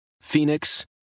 Phoenix